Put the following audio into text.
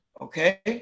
okay